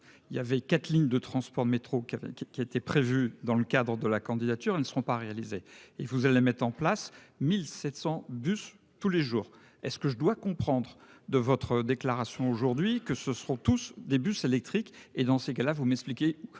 Il y avait quatre lignes de transport de métro qui a qui qui était prévu dans le cadre de la candidature. Ils ne seront pas réalisées. Et vous allez mettre en place 1700 bus tous les jours. Est-ce que je dois comprendre de votre déclaration aujourd'hui que ce sont tous des bus électriques et dans ces cas-là vous m'expliquez